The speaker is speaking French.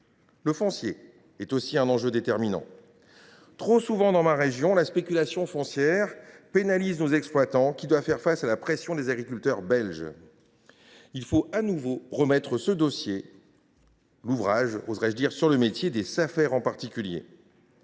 Le foncier est aussi un enjeu déterminant. Trop souvent, dans ma région, la spéculation foncière pénalise nos exploitants, qui doivent faire face à la pression des agriculteurs belges. Il faut de nouveau remettre l’ouvrage sur le métier, notamment avec les